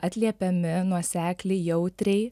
atliepiami nuosekliai jautriai